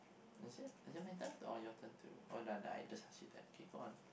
is it is it my turn or your turn to oh no no I just ask you that okay go on